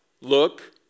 look